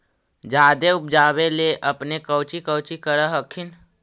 जादे उपजाबे ले अपने कौची कौची कर हखिन?